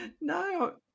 No